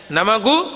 Namagu